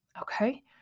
Okay